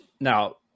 Now